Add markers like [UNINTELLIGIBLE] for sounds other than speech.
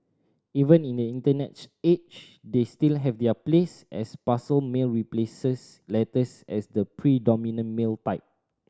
even in the internet [UNINTELLIGIBLE] age they still have their place as parcel mail replaces letters as the predominant mail type